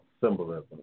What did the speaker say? symbolism